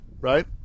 right